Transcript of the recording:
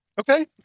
Okay